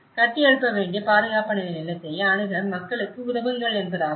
கட்டியெழுப்ப வேண்டிய பாதுகாப்பான நிலத்தை அணுக மக்களுக்கு உதவுங்கள் என்பதாகும்